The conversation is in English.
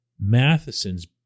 Matheson's